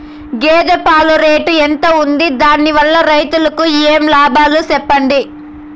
గేదె పాలు రేటు ఎంత వుంది? దాని వల్ల రైతుకు ఏమేం లాభాలు సెప్పండి?